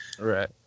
Right